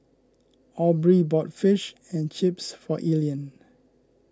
Aubree bought Fish and Chips for Elian